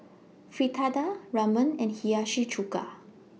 Fritada Ramen and Hiyashi Chuka